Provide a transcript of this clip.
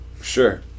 sure